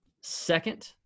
Second